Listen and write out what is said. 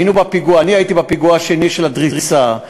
היינו בפיגוע,